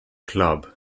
club